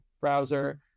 browser